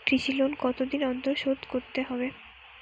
কৃষি লোন কতদিন অন্তর শোধ করতে হবে?